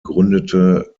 gründete